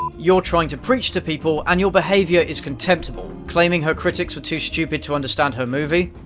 you're trying to preach to people, and your behaviour is contemptible. claiming her critics are too stupid to understand her movie.